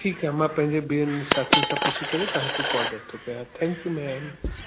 ठीकु आहे मां पंहिंंजे ॿियनि साथियुनि सां पुछी करे तव्हांखे कॉलबैक थो कयां थैंक यू मैम